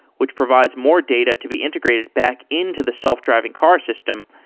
which provides more data to be integrated back into the self-driving car system,